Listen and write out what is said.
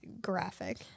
graphic